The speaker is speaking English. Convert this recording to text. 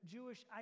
Jewish